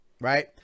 Right